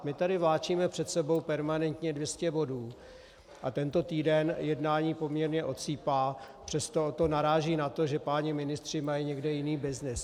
My tady vláčíme před sebou permanentně 200 bodů a tento týden jednání poměrně odsýpá, přesto to naráží na to, že páni ministři mají někde jiný byznys.